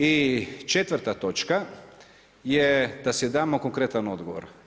I četvrta točka je da si damo konkretan odgovor.